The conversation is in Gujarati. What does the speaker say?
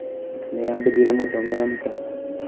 એટલે આ બધી રમતો અમે રમતા